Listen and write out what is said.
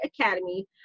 academy